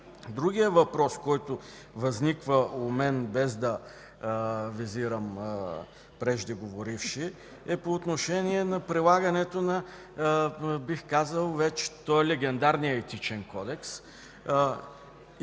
Другият въпрос, който възниква у мен, без да визирам преждеговоривши, е по отношение на прилагането, бих казал, на легендарния Етичен кодекс. В предложената